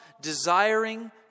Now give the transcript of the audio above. desiring